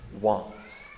wants